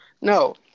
No